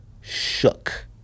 shook